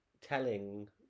telling